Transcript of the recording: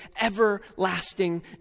everlasting